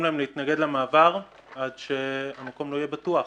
להם להתנגד למעבר כל עוד המקום לא יהיה בטוח.